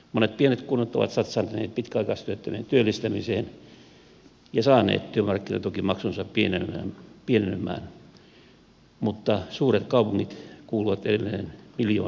monet pienet kunnat ovat satsanneet pitkäaikaistyöttömien työllistämiseen ja saaneet työmarkkinatukimaksunsa pienenemään mutta suuret kaupungit kuuluvat edelleen miljoonamaksajiin